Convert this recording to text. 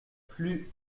plus